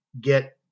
get